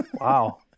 Wow